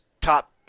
top